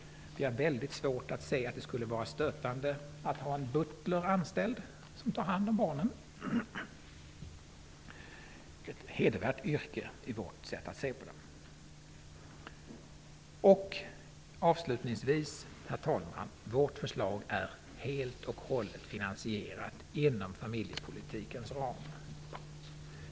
Vi har mycket svårt att se att det skulle vara stötande att ha en anställd butler som tar hand om barnen. Det är enligt vårt sätt att se ett hedervärt yrke. Avslutningsvis, herr talman: Vårt förslag är helt och hållet finansierat inom familjepolitikens ram.